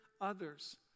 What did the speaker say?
others